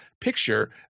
picture